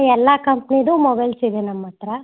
ಎಲ್ಲ ಕಂಪ್ನಿದು ಮೊಬೈಲ್ಸ್ ಇದೆ ನಮ್ಮ ಹತ್ತಿರ